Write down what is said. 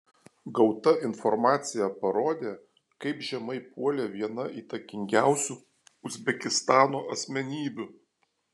gauta informacija parodė kaip žemai puolė viena įtakingiausių uzbekistano asmenybių